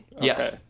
Yes